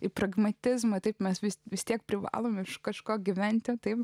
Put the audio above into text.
į pragmatizmą taip mes vis vis tiek privalome iš kažko gyventi taip